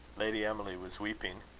lady emily was weeping.